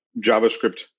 JavaScript